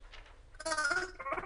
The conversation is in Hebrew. אותו.